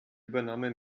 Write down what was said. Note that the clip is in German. übernahme